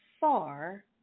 far